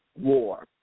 war